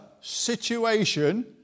situation